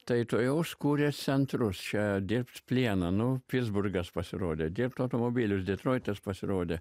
tai tuojau užkūrė centrus čia dirbt plieną nu pitsburgas pasirodė dirbt automobilius detroitas pasirodė